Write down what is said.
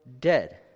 dead